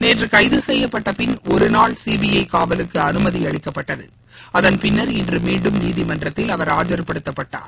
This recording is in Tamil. நேற்று கைது செய்யப்பட்டபின் ஒரு நாள் சிபிஐ காவலுக்கு அனுமதியளிக்கப்பட்டது அதன்பின்னர் இன்று மீண்டும் நீதிமன்றத்தில் அவர் ஆஜர் படுத்தப்பட்டார்